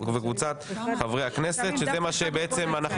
בעצם,